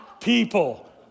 people